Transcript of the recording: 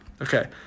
Okay